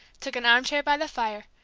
took an arm-chair by the fire,